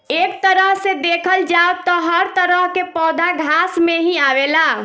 एक तरह से देखल जाव त हर तरह के पौधा घास में ही आवेला